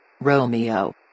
Romeo